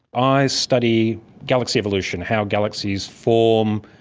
i study galaxy evolution, how galaxies formed,